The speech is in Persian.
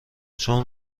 چون